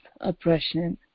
oppression